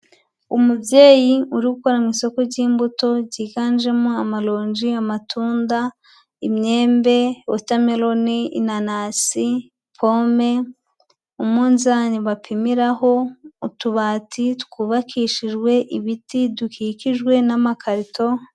Umubyeyi uri gukora mu isoko ry'imbuto, ziganjemo amaronji, amatunda, imyembe, watermelon, inanasi, pome, umunzani bapimiraho, utubati twubakishijwe ibiti, dukikijwe n'amakarito.